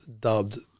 dubbed